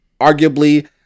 arguably